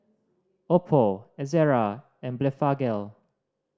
Oppo Ezerra and Blephagel